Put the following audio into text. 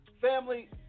family